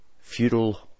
feudal